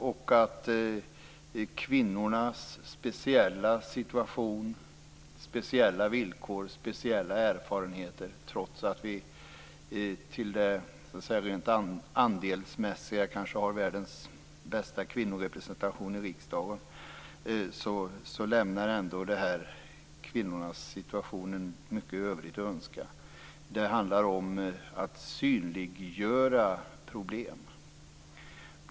Behandlingen av kvinnornas speciella situation, speciella villkor och erfarenheter lämnar mycket övrigt att önska, trots att vi till antalet kanske har världens bästa kvinnorepresentation i riksdagen. Det handlar om att synliggöra problem.